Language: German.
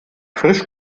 frisch